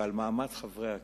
ועל מעמד חברי הכנסת,